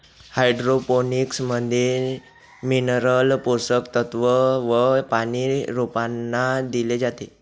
hydroponics मध्ये mineral पोषक तत्व व पानी रोपांना दिले जाते